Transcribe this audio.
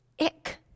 Ick